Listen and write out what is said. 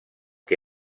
que